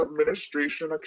administration